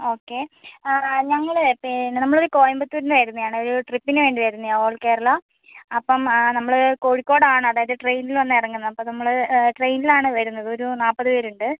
okay ആ ഞങ്ങളെ പിന്നെ നമ്മളൊര് കോയമ്പത്തൂര് നിന്ന് വരുന്നെയാണ് ഒരു ട്രിപ്പിന് വേണ്ടി വരുന്നതാണ് ഓൾ കേരളാ അപ്പം ആ നമ്മള് കോഴിക്കോടാണ് അതായത് ട്രെയിനിൽ വന്ന് ഇറങ്ങുന്ന അപ്പം നമ്മള് ട്രെയിനിലാണ് വരുന്നത് ഒരു നാപ്പത് പേരുണ്ട്